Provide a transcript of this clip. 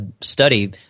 study